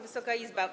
Wysoka Izbo!